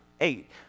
Eight